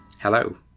Hello